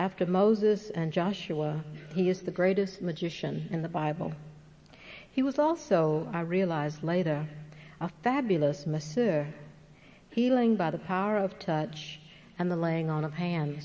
after moses and joshua he is the greatest magician in the bible he was also i realized later a fabulous missive healing by the power of touch and the laying on of hand